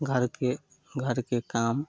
घरके घरके काम